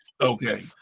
okay